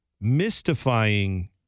mystifying